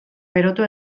berotu